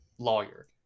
lawyer